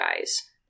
guys